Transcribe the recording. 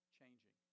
changing